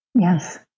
Yes